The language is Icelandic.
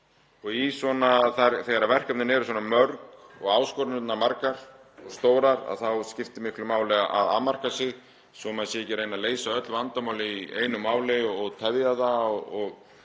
einstaklinga. Þegar verkefnin eru svona mörg og áskoranirnar margar og stórar skiptir miklu máli að afmarka sig svo að maður sé ekki reyna að leysa öll vandamál í einu máli og tefja það og